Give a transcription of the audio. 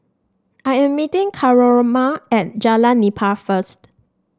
I am meeting Coraima at Jalan Nipah first